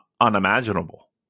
Unimaginable